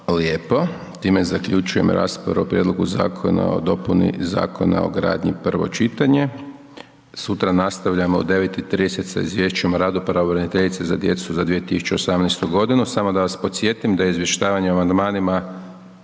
lijepo. Time zaključujem raspravu o prijedlogu Zakona o dopuni Zakona o gradnji, prvo čitanje. Sutra nastavljamo u 9,30 sati sa Izvješćem o radu Pravobraniteljice za djecu za 2018. g. Samo da vas podsjetim, da je izvještavanje o amandmanima